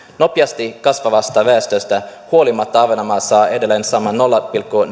nopeasti kasvavasta väestöstä huolimatta ahvenanmaa saa edelleen saman nolla pilkku